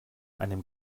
einem